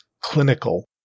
clinical